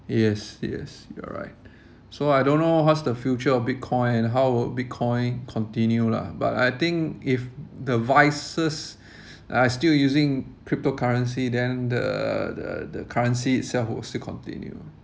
yes yes you're right so I don't know what's the future of bitcoin and how would bitcoin continue lah but I think if the vices are still using cryptocurrency then the the the currency itself will still continue